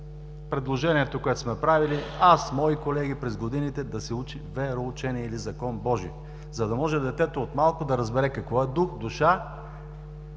предложението, което сме правили аз, мои колеги през годините – да се учи вероучение или Закон Божи, за да може детето от малко да разбере какво е дух, душа,